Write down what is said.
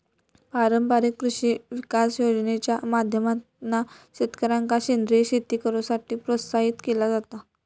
पारंपारिक कृषी विकास योजनेच्या माध्यमातना शेतकऱ्यांका सेंद्रीय शेती करुसाठी प्रोत्साहित केला जाता